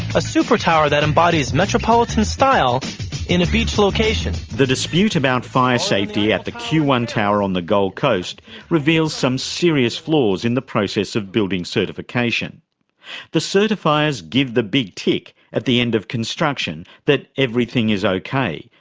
a super-tower that embodies metropolitan style in a beach location. the dispute about fire safety at the q one tower on the gold coast reveals some serious flaws in the process of building certification the certifiers give the big tick at the end of construction that everything is ok,